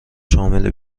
شامل